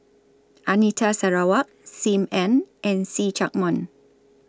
Anita Sarawak SIM Ann and See Chak Mun